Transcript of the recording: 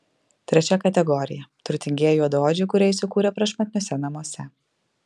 trečia kategorija turtingieji juodaodžiai kurie įsikūrę prašmatniuose namuose